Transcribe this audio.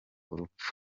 urupfu